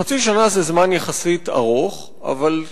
חצי שנה זה זמן ארוך יחסית,